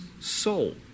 soul